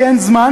כי אין זמן,